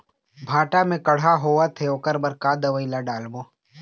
भांटा मे कड़हा होअत हे ओकर बर का दवई ला डालबो?